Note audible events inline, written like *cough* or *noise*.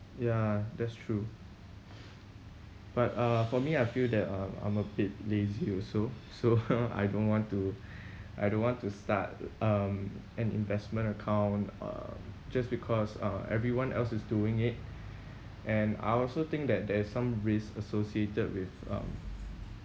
ya that's true but uh for me I feel that uh I'm a bit lazy also so *noise* I don't want to I don't want to start um an investment account uh just because uh everyone else is doing it and I also think that there is some risk associated with um